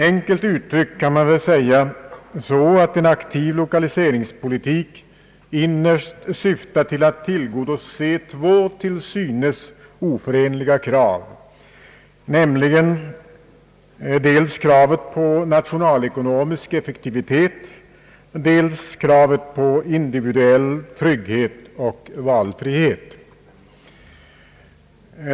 Enkelt uttryckt kan man väl säga att en aktiv lokaliseringspolitik innerst syftar till att tillgodose två till synes oförenliga krav, nämligen dels kravet på nationalekonomisk effektivitet, dels kravet på individuell trygghet och valfrihet.